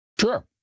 Sure